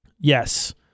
Yes